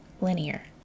linear